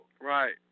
Right